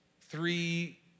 three